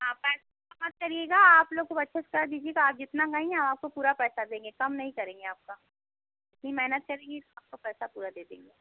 हाँ मत करिएगा आप लोग खूब अच्छे से कर दीजिएगा आप जितना कहेंगे हम आपको पूरा पैसा देंगे कम नहीं करेंगे आप जितनी मेहनत करेंगी उसका पैसा पूरा दे देंगे